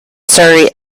surrey